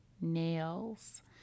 nails